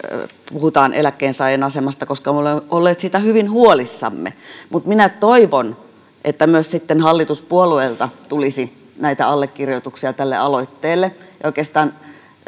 puhutaan eläkkeensaajan asemasta koska me olemme olleet siitä hyvin huolissamme mutta minä toivon että sitten myös hallituspuolueilta tulisi allekirjoituksia tälle aloitteelle ja oikeastaan